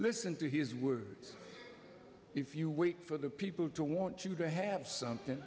listen to his words if you wait for the people to want you to have something